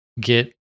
get